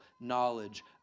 knowledge